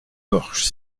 porche